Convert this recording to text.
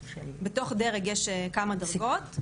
תוך דרג יש כמה דרגות.